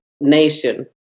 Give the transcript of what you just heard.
nation